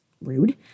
rude